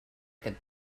aquest